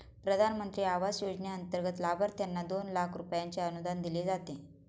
प्रधानमंत्री आवास योजनेंतर्गत लाभार्थ्यांना दोन लाख रुपयांचे अनुदान दिले जाते